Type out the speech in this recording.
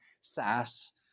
SaaS